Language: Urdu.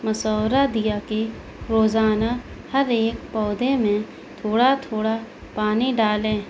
مشورہ دیا کہ روزانہ ہر ایک پودے میں تھوڑا تھوڑا پانی ڈالیں